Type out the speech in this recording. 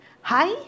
hi